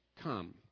Come